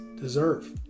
deserve